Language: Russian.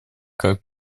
как